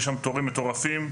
יש שם תורים מטורפים,